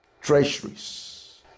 treasuries